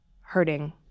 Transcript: hurting